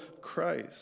Christ